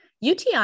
UTI